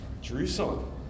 Jerusalem